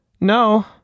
No